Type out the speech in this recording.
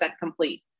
complete